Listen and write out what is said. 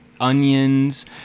onions